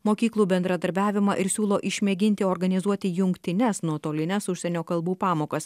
mokyklų bendradarbiavimą ir siūlo išmėginti organizuoti jungtines nuotolines užsienio kalbų pamokas